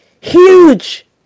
huge